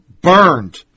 burned